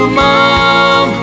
mom